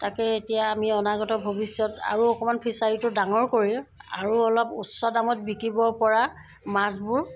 তাকে এতিয়া আমি অনাগত ভৱিষ্যত আৰু অকণমান ফিচাৰীটো ডাঙৰ কৰিম আৰু অলপ উচ্চ দামত বিকিব পৰা মাছবোৰ